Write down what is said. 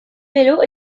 vélo